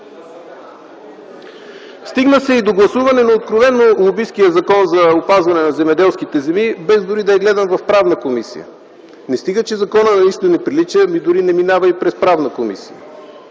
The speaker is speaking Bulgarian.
Стигна се и до гласуване на откровено лобисткия закон за опазване на земеделските земи без дори да е гледан в Правната комисия. Не стига, че законът на нищо не прилича, а дори не минава и през Комисията